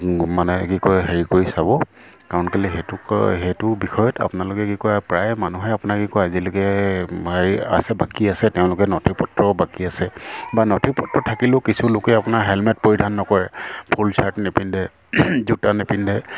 মানে কি কয় হেৰি কৰি চাব কাৰণ কেলৈ সেইটোক সেইটো বিষয়ত আপোনালোকে কি কয় প্ৰায়ে মানুহে আপোনাক কি কয় আজিলৈকে হেৰি আছে বাকী আছে তেওঁলোকে নথি পত্ৰও বাকী আছে বা নথি পত্ৰ থাকিলেও কিছু লোকে আপোনাৰ হেলমেট পৰিধান নকৰে ফুল চাৰ্ট নিপিন্ধে জোতা নিপিন্ধে